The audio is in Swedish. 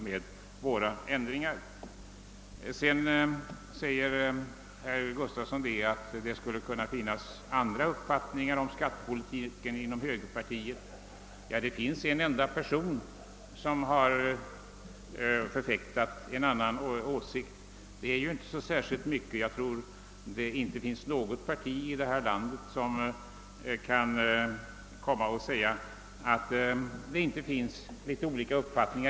Vidare gör herr Gustafson gällande att det skulle finnas också andra uppfattningar om skattepolitiken represen terade inom högerpartiet. Ja, det finns en enda person — dock ej ledamot av riksdagen — som har förfäktat en avvikande åsikt. Det är ju inte så särskilt mycket att hänvisa till. Jag tror inte att något parti i vårt land kan hävda att det inte bland dess medlemmar förekommer olika uppfattningar.